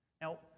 Now